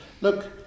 look